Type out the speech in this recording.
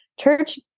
Church